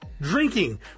drinking